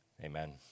amen